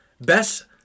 Best